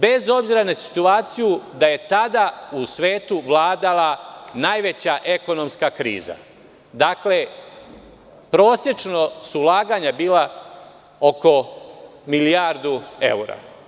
Bez obzira na situaciju, da je tada u svetu vladala najveća ekonomska kriza, prosečno su ulaganja bila oko milijardu evra.